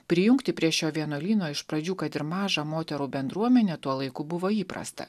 prijungti prie šio vienuolyno iš pradžių kad ir mažą moterų bendruomenę tuo laiku buvo įprasta